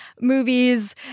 movies